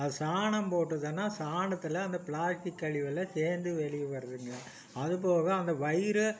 அது சாணம் போட்டுதுனால் சாணத்தில் அந்த பிளாட்டிக் கழிவுலாம் சேர்ந்து வெளியே வருதுங்க அதுபோக அந்த வயிறு